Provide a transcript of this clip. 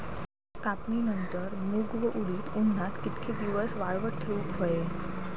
कापणीनंतर मूग व उडीद उन्हात कितके दिवस वाळवत ठेवूक व्हये?